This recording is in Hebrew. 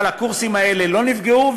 אבל הקורסים האלה לא נפגעו,